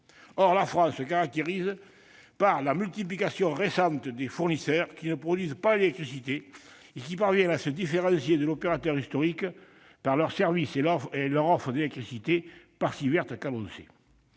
Or la France se caractérise par la multiplication récente de fournisseurs qui ne produisent pas d'électricité et qui parviennent à se différencier de l'opérateur historique par leurs services et leurs offres d'électricité, même si celle-ci